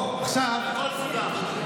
הכול סודר.